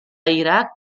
iraq